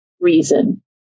reason